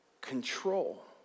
control